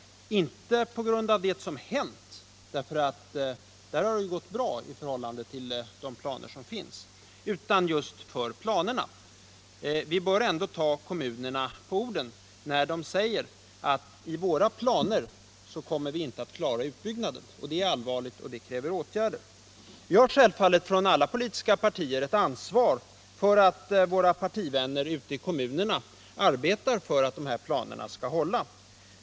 Jag gör det inte på grund av det som hänt, för där har det gått bra i förhållande till de planer som finns, utan jag känner oro just för planerna. Vi bör ändå ta kommunerna på orden när de säger, att de i sina planer inte kommer att klara utbyggnaden. Det är allvarligt och det kräver åtgärder. Vi har självfallet inom alla politiska partier ett ansvar för att våra partivänner ute i kommunerna arbetar för att planerna skall hålla.